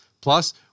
Plus